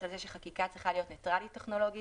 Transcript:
על כך שחקיקה צריכה להיות ניטרלית מבחינה טכנולוגית,